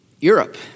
Europe